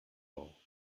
all